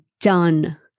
done